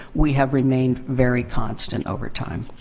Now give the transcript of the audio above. we have remained very constant over time.